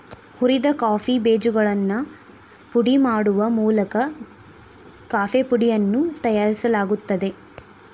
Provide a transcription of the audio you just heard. ಹುರಿದ ಕಾಫಿ ಬೇಜಗಳನ್ನು ಪುಡಿ ಮಾಡುವ ಮೂಲಕ ಕಾಫೇಪುಡಿಯನ್ನು ತಯಾರಿಸಲಾಗುತ್ತದೆ